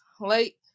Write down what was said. late